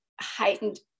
heightened